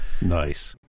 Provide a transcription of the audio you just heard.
Nice